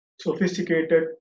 sophisticated